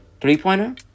three-pointer